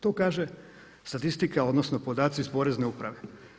To kaže statistika, odnosno podaci s Porezne uprave.